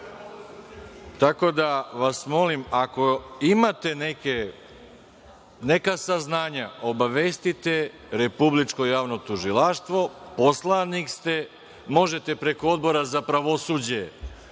Tako da vas molim imate neka saznanja obavestite republičko javno tužilaštvo. Poslanike ste, možete preko Odbora za pravosuđe